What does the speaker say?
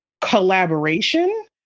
collaboration